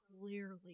clearly